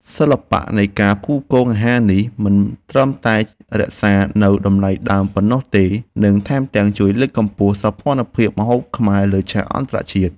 សិល្បៈនៃការផ្គូផ្គងអាហារនេះមិនត្រឹមតែរក្សានូវតម្លៃដើមប៉ុណ្ណោះទេនិងថែមទាំងជួយលើកកម្ពស់សោភ័ណភាពម្ហូបខ្មែរលើឆាកអន្តរជាតិ។